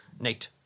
Nate